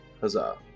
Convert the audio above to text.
Huzzah